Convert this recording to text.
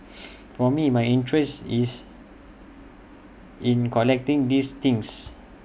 for me my interest is in collecting these things